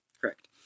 correct